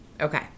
Okay